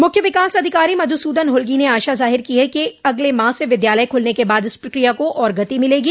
मुख्य विकास अधिकारी मधुसूदन हुल्गी ने आशा जाहिर की है कि अगले माह से विद्यालय खुलने के बाद इस प्रक्रिया को और गति मिलेगी